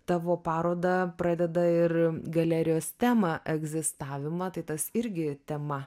tavo parodą pradeda ir galerijos temą egzistavimą tai tas irgi tema